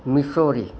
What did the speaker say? missouri